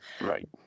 Right